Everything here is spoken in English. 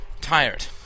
tired